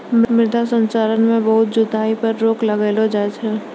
मृदा संरक्षण मे बहुत जुताई पर रोक लगैलो जाय छै